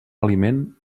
aliment